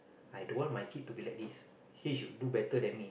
I don't want my kid to be like this he should do better than me